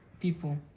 people